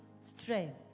strength